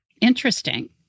Interesting